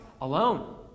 alone